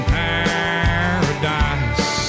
paradise